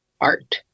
art